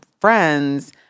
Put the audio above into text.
friends